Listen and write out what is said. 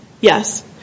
yes